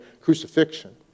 crucifixion